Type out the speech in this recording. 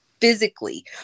physically